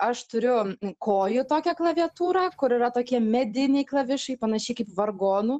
aš turiu kojų tokią klaviatūrą kur yra tokie mediniai klavišai panašiai kaip vargonų